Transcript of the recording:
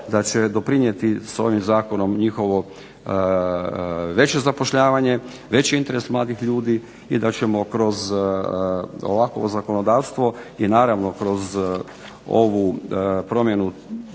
da će doprinijeti s ovim zakonom njihovo veće zapošljavanje, veći interes mladih ljudi i da ćemo kroz ovakvo zakonodavstvo i naravno kroz ovu promjenu